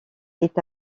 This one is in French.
est